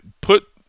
put